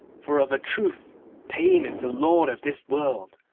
for of a truth pain is the lord of this world,